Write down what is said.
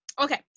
Okay